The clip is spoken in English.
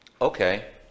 Okay